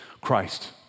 Christ